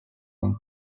and